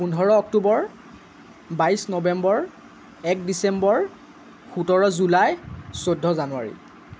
পোন্ধৰ অক্টোবৰ বাইছ নৱেম্বৰ এক ডিচেম্বৰ সোতৰ জুলাই চৈধ্য জানুৱাৰী